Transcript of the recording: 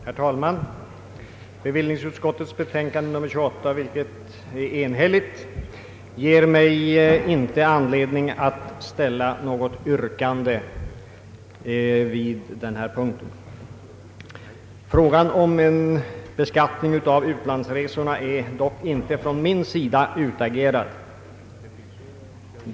Herr talman! Bevillningsutskottet är enhälligt i betänkandet nr 28, varför jag inte har anledning att ställa något yrkande. Frågan om en beskattning av utlandsresorna är dock från min sida ingalunda utagerad.